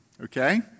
okay